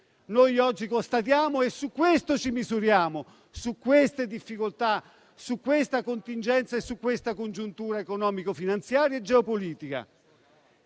che oggi constatiamo e sul quale ci misuriamo, su queste difficoltà, su questa contingenza e su questa congiuntura economico-finanziaria e geopolitica,